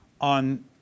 on